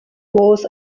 was